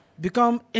Become